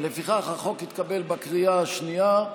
לפיכך, הצעת חוק התקבלה בקריאה השנייה.